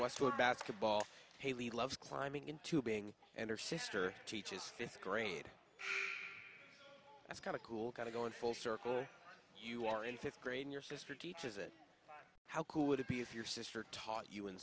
westwood basketball hayley loves climbing into being and her sister teaches fifth grade that's kind of cool got to go in full circle you are in fifth grade and your sister teaches it how cool would it be if your sister taught you in